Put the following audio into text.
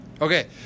okay